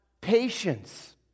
patience